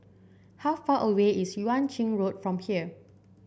how far away is Yuan Ching Road from here